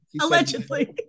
Allegedly